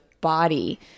body